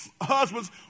Husbands